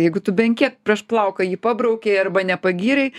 jeigu tu bent kiek prieš plauką ji pabrauki arba nepagyrei